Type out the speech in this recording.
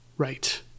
Right